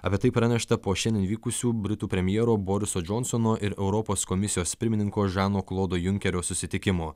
apie tai pranešta po šiandien įvykusių britų premjero boriso džonsono ir europos komisijos pirmininko žano klodo junkerio susitikimo